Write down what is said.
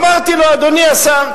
אמרתי לו: אדוני השר,